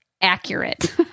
accurate